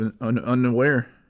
unaware